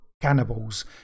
cannibals